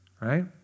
right